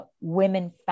women